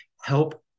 help